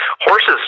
horses